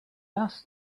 asked